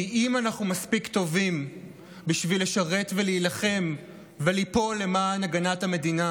כי אם אנחנו מספיק טובים בשביל לשרת ולהילחם וליפול למען הגנת המדינה,